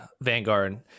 Vanguard